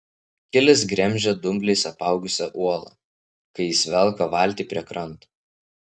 kilis gremžia dumbliais apaugusią uolą kai jis velka valtį prie kranto